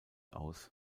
aus